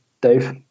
Dave